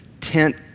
tent